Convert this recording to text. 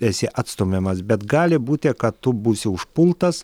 esi atstumiamas bet gali būti kad tu būsi užpultas